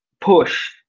push